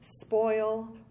spoil